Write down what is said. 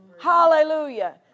Hallelujah